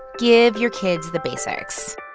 give your kids the basics